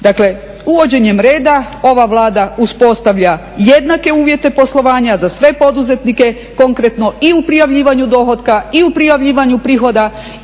Dakle uvođenjem reda ova Vlada uspostavlja jednake uvjete poslovanja za sve poduzetnike konkretno i u prijavljivanju dohotka i u prijavljivanju prihoda